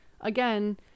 again